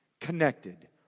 connected